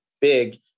big